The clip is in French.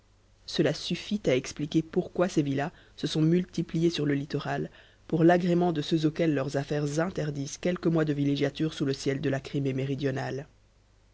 cela suffit à expliquer pourquoi ces villas se sont multipliées sur le littoral pour l'agrément de ceux auxquels leurs affaires interdisent quelques mois de villégiature sous le ciel de la crimée méridionale